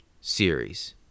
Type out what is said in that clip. series